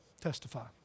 testify